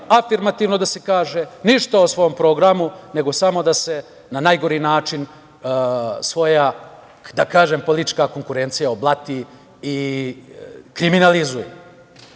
afirmativno da se kaže, ništa o svom programu, nego samo da se na najgori način svoja politička konkurencija oblati i kriminalizuje. Ali,